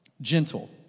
gentle